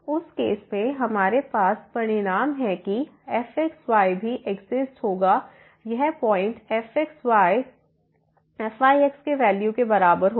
उस केस में हमारे पास परिणाम है कि fxy भी एक्सिस्ट होगा यह पॉइंट fyx के वैल्यू के बराबर होगा